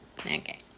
Okay